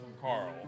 Carl